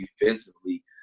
defensively